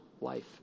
life